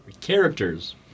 Characters